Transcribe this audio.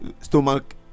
stomach